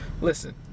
Listen